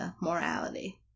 morality